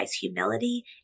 humility